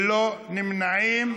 ללא נמנעים.